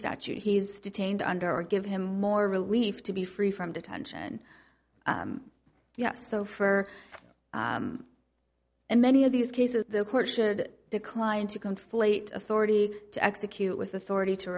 statute he's detained under or give him or relief to be free from detention yes so for in many of these cases the court should decline to conflate authority to execute with authority to